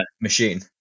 machine